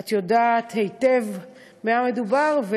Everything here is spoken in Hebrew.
שאת יודעת היטב במה מדובר,